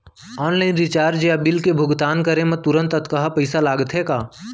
Online recharge या bill भुगतान करे मा तुरंत अक्तहा पइसा लागथे का?